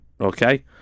Okay